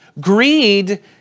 Greed